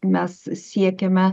mes siekiame